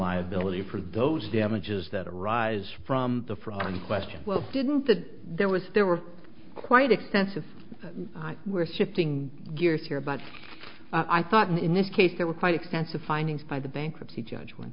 liability for those damages that arise from the front question didn't that there was there were quite extensive we're shifting gears here but i thought in this case there were quite extensive findings by the bankruptcy judg